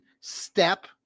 step